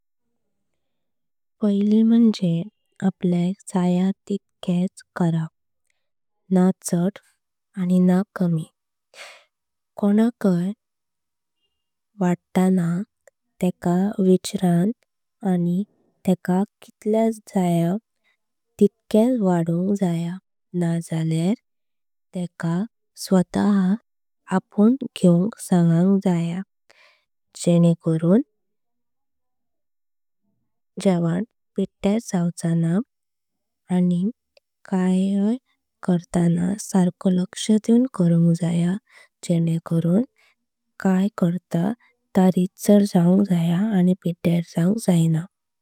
पहिली म्हणजे आपल्या जया तितक्याच करप ना चड आणि। ना कमी कोणाकय वाचतान तेक विचरण आणि। तेक कित्याच्या जया तितक्याच वाढुंक जया ना झाल्यार। तेक स्वतः अपुन घेऊंक सगांक जया जेणेकरून। हेवं पिड्यावर जावचा ना आणि। कयय करताना सारखो लक्ष दियुंक करूनक जया। जेणेकरून काय करतो ता रितसर जाऊंक। जया आणि पिड्यावर जूंक जायना।